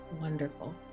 Wonderful